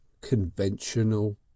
conventional